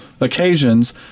occasions